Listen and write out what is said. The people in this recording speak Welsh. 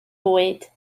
bwyd